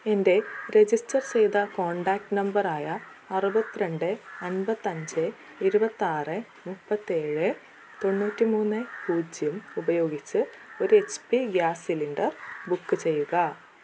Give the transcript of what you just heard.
എൻ്റെ രജിസ്റ്റർ ചെയ്ത contact number ആയ അറുപത് രണ്ട് അമ്പത്തഞ്ച് ഇരുപത്താറ് മൂപ്പത്തേഴ് തൊണ്ണൂറ്റി മൂന്ന് പൂജ്യം ഉപയോഗിച്ച് ഒരു H P gas cylinder book ചെയ്യുക